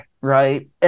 right